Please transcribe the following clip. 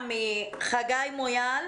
נשמע מחגי מויאל,